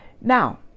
Now